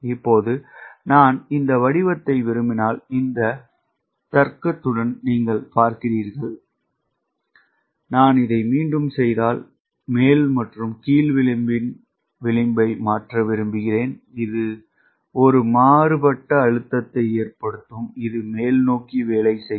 இப்போது நான் இந்த வடிவத்தை விரும்பினால் இந்த தர்க்கத்துடன் நீங்கள் பார்க்கிறீர்கள் நான் இதை மீண்டும் செய்தால் மேல் மற்றும் கீழ் விளிம்பின் விளிம்பை மாற்ற விரும்புகிறேன் இது ஒரு மாறுபட்ட அழுத்தத்தை ஏற்படுத்தும் இது மேல்நோக்கி வேலை செய்யும்